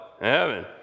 heaven